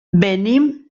venim